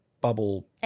bubble